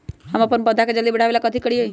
हम अपन पौधा के जल्दी बाढ़आवेला कथि करिए?